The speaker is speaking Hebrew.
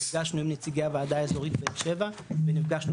נפגשנו עם נציגי הוועדה האזורית באר שבע ונפגשנו